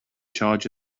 charge